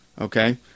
okay